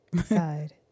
side